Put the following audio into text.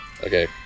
Okay